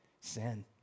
Sin